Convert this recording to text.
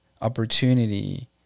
opportunity